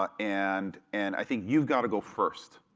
ah and and i think you've gotta go first.